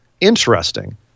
interesting